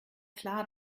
klar